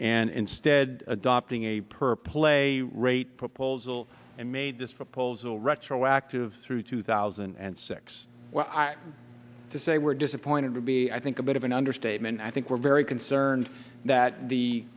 and instead adopting a per play rate proposal and made this proposal retroactive through two thousand and six well to say we're disappointed to be i think a bit of an understatement i think we're very concerned that the